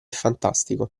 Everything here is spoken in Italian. fantastico